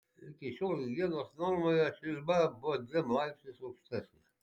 iki šiol higienos normoje ši riba buvo dviem laipsniais aukštesnė